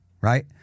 Right